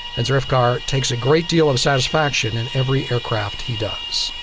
and zarifkar takes a great deal of satisfaction in every aircraft he does.